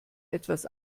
etwas